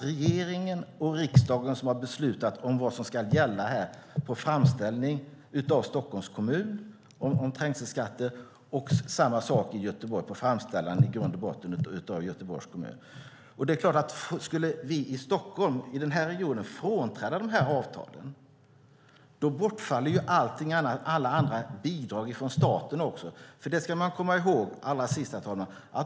Regeringen och riksdagen har beslutat vad som ska gälla avseende trängselskatt efter framställan av Stockholms kommun, och samma sak i Göteborg, efter framställan av Göteborgs kommun. Skulle Stockholmsregionen frånträda dessa avtal bortfaller alla bidrag från staten.